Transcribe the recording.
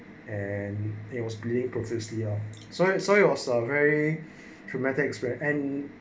and there was bleeding profusely ah so it so it saw yours are very traumatic square and